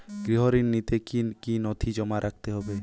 গৃহ ঋণ নিতে কি কি নথি জমা রাখতে হবে?